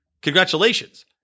Congratulations